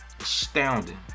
astounding